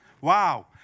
Wow